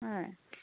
হয়